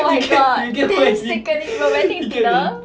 oh my god sam secretly romantic dinner